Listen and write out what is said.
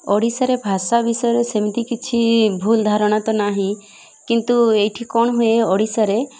ଓଡ଼ିଶାରେ ଭାଷା ବିଷୟରେ ସେମିତି କିଛି ଭୁଲ୍ ଧାରଣା ତ ନାହିଁ କିନ୍ତୁ ଏଇଠି କ'ଣ ହୁଏ ଓଡ଼ିଶାରେ